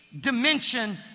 dimension